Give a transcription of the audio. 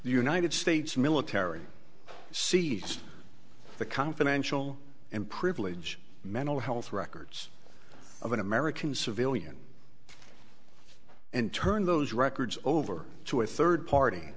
united states military sees the confidential and privilege mental health records of an american civilian and turn those records over to a third party